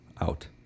out